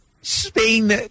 Spain